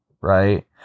right